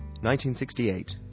1968